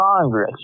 Congress